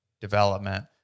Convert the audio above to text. development